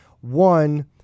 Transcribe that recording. One